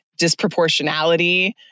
disproportionality